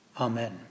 Amen